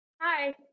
Hi